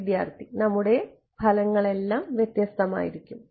വിദ്യാർത്ഥി നമ്മുടെ ഫലങ്ങളെല്ലാം വ്യത്യസ്തമായിരിക്കും